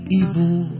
evil